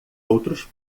outros